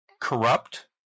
corrupt